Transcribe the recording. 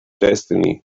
destiny